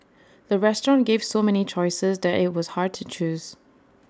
the restaurant gave so many choices that IT was hard to choose